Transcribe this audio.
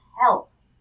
health